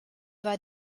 war